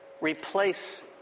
replace